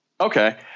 Okay